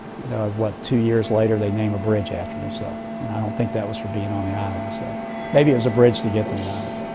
you know what? two years later they name a bridge after me, so and i don't think that was for being on the island. so maybe it was a bridge to get to the island.